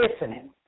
listening